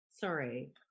Sorry